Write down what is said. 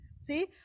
See